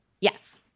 Yes